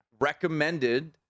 recommended